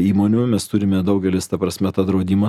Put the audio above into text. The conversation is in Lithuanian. įmonių mes turime daugelis ta prasme tą draudimą